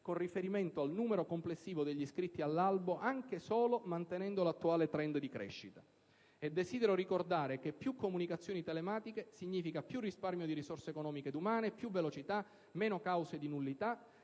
con riferimento al numero complessivo degli iscritti all'Albo, anche solo mantenendo l'attuale *trend* di crescita. Desidero ricordare che più comunicazioni telematiche significa più risparmio di risorse economiche e umane, più velocità, meno cause di nullità.